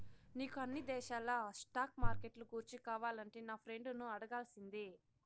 నీకు అన్ని దేశాల స్టాక్ మార్కెట్లు గూర్చి కావాలంటే నా ఫ్రెండును అడగాల్సిందే